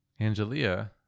Angelia